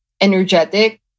energetic